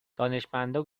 دانشمندا